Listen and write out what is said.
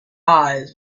eyes